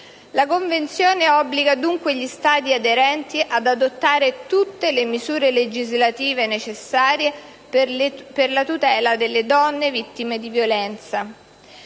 La Convenzione obbliga dunque gli Stati aderenti ad adottare tutte le misure legislative necessarie per la tutela delle donne vittime di violenza.